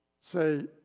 say